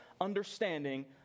understanding